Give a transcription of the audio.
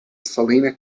salina